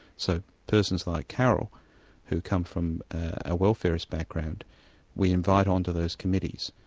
so persons like carole who come from a welfarist background we invite onto those committees.